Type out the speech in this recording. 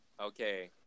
Okay